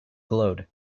glowed